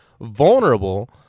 vulnerable